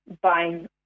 buying